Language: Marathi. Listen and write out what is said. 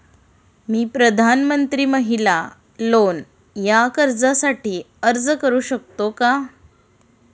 मी प्रधानमंत्री महिला लोन या कर्जासाठी अर्ज करू शकतो का?